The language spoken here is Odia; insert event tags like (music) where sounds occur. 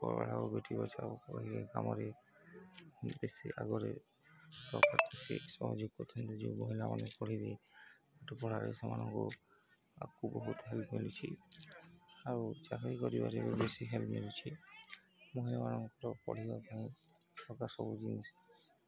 (unintelligible) ବେଶୀ ଆଗରେ ସହଯୋଗ କରନ୍ତି ଯୋଉ ମହିିଲଳାମାନେ ପଢ଼ିବେ ପଢ଼ାରେ ସେମାନଙ୍କୁ ଆଗକୁ ବହୁତ ହେଲ୍ପ ମିଳୁଛି ଆଉ ଚାକିରି କରିବାରେ ବେଶୀ ହେଲ୍ପ ମିଳୁଛି ମହିଳାମାନଙ୍କର ପଢ଼ିବା ପାଇଁ ସବୁ ଜିନିଷ